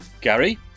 Gary